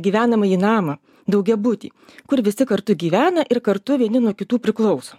gyvenamąjį namą daugiabutį kur visi kartu gyvena ir kartu vieni nuo kitų priklauso